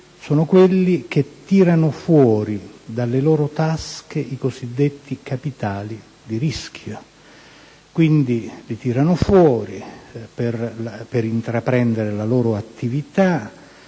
sono coloro che tirano fuori dalle loro tasche i cosiddetti capitali di rischio; li tirano fuori per intraprendere la loro attività,